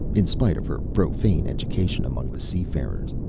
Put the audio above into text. in spite of her profane education among the seafarers.